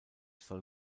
soll